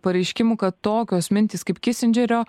pareiškimų kad tokios mintys kaip kisindžerio